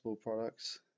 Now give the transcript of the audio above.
products